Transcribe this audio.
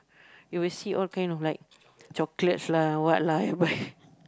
you will see all kind of like chocolates lah what lah i buy